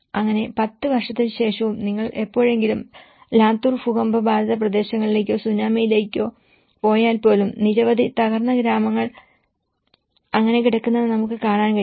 അങ്ങനെ 10 വർഷത്തിനുശേഷവും നിങ്ങൾ എപ്പോഴെങ്കിലും ലാത്തൂർ ഭൂകമ്പ ബാധിത പ്രദേശങ്ങളിലോ സുനാമിയിലോ പോയാൽ പോലും നിരവധി തകർന്ന ഗ്രാമങ്ങൾ അങ്ങനെ കിടക്കുന്നത് നമുക്ക് കാണാൻ കഴിയും